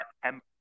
September